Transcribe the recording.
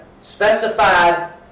specified